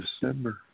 December